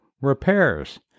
repairs